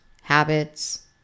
habits